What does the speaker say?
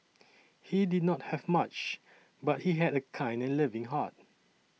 he did not have much but he had a kind and loving heart